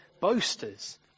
boasters